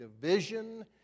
division